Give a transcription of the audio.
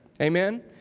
Amen